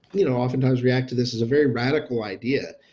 you know oftentimes react to this is a very radical idea.